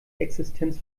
existenz